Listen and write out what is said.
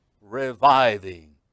reviving